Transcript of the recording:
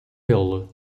ele